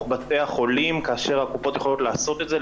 בתי החולים כאשר הקופות יכולות לעשות את זה.